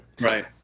Right